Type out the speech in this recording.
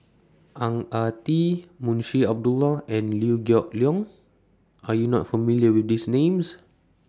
Ang Ah Tee Munshi Abdullah and Liew Geok Leong Are YOU not familiar with These Names